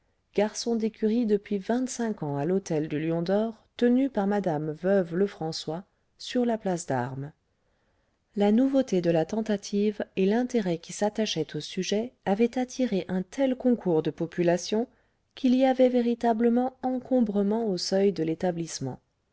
garçon d'écurie depuis vingt-cinq ans à l'hôtel du lion d'or tenu par madame veuve lefrançois sur la place d'armes la nouveauté de la tentative et l'intérêt qui s'attachait au sujet avaient attiré un tel concours de population qu'il y avait véritablement encombrement au seuil de l'établissement